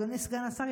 אדוני סגן השר,